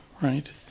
right